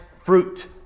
fruit